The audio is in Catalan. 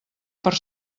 per